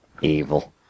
Evil